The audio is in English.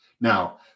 Now